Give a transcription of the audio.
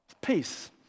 peace